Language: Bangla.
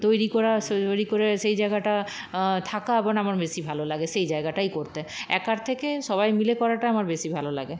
তৈরি করা তৈরি করে সেই জায়গাটা থাকা আবার আমার বেশি ভালো লাগে সেই জায়গাটায় করতে একার থেকে সবাই মিলে করাটা আমার বেশি ভালো লাগে